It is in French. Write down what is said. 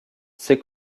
ces